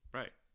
right